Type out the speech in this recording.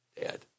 Dad